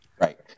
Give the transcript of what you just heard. right